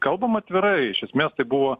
kalbam atvirai iš esmės tai buvo